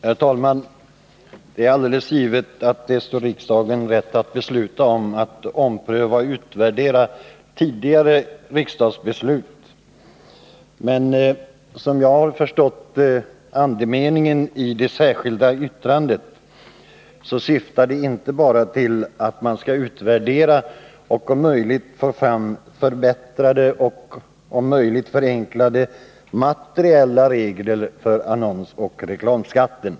Herr talman! Det är alldeles givet att det står riksdagen fritt att besluta om att ompröva och utvärdera tidigare riksdagsbeslut, men som jag har förstått andemeningen i det särskilda yttrandet syftar det inte bara till att man skall utvärdera och om möjligt få fram förbättrade och förenklade materiella regler för annonsoch reklamskatten.